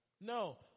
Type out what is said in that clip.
No